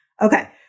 Okay